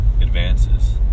advances